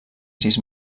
sis